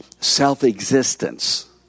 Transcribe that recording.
self-existence